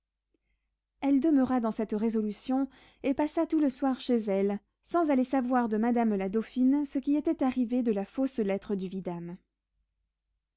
elle demeura dan cette résolution et passa tout le soir chez elle sans aller savoir de madame la dauphine ce qui était arrivé de la fausse lettre du vidame